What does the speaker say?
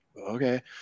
okay